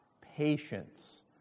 patience